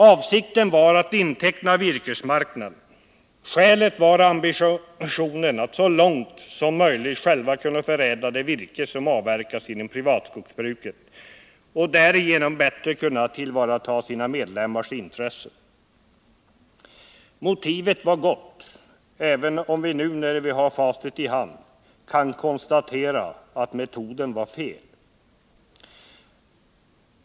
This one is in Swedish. Avsikten var att inteckna virkesmarknaden, och Måndagen den ambitionen var att så långt som möjligt själva förädla det virke som avverkas 17 december 1979 inom privatskogsbruket för att därigenom bättre kunna tillvarata medlem marnas intressen. Motivet var gott, även om vi nu när vi har facit i hand kan Om en skoglig konstatera att metoden var fel.